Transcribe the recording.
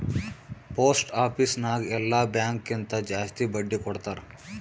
post office ನಾಗ್ ಎಲ್ಲಾ bank ಕಿಂತಾ ಜಾಸ್ತಿ ಬಡ್ಡಿ ಕೊಡ್ತಾರ್